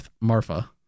Marfa